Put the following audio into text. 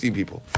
people